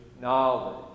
knowledge